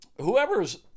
whoever's